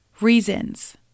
reasons